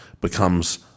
becomes